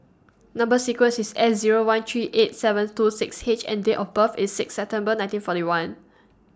Number sequence IS S Zero one three eight seven two six H and Date of birth IS six September nineteen forty one